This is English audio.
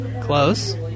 Close